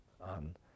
on